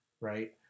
right